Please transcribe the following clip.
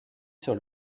sur